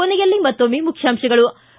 ಕೊನೆಯಲ್ಲಿ ಮತ್ತೊಮ್ಮೆ ಮುಖ್ಯಾಂಶಗಳು ಿ